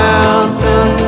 Mountain